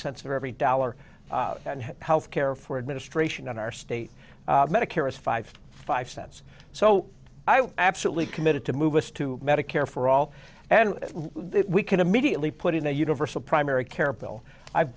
cents of every dollar health care for administration in our state medicare is five five cents so i am absolutely committed to move us to medicare for all and we can immediately put in a universal primary care bill i've